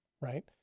right